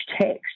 text